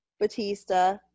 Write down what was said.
Batista